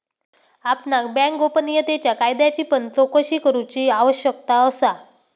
आपणाक बँक गोपनीयतेच्या कायद्याची पण चोकशी करूची आवश्यकता असा